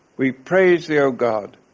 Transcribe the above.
we praise thee o god,